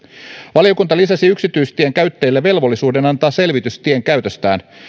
valiokunta lisäsi yksityistien käyttäjille velvollisuuden antaa selvitys tienkäytöstään